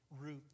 root